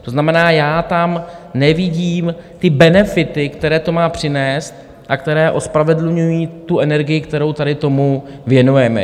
To znamená, já tam nevidím ty benefity, které to má přinést a které ospravedlňují tu energii, kterou tady tomu věnujeme.